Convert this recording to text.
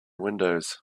windows